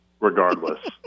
regardless